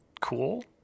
cool